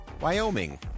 Wyoming